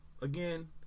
again